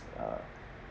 uh